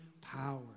power